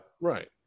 Right